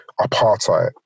apartheid